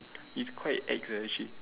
it's quite ex leh legit